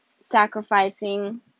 sacrificing